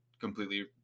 completely